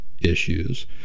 issues